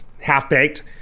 Half-Baked